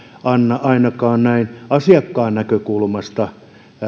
anna ainakaan näin asiakkaan näkökulmasta